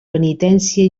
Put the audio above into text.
penitència